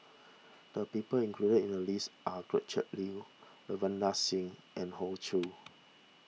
the people included in the list are Gretchen Liu Ravinder Singh and Hoey Choo